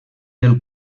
del